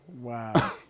Wow